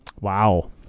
Wow